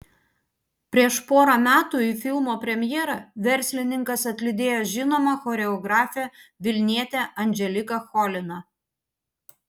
prieš porą metų į filmo premjerą verslininkas atlydėjo žinomą choreografę vilnietę anželiką choliną